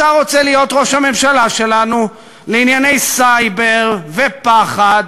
אתה רוצה להיות ראש הממשלה שלנו לענייני סייבר ופחד,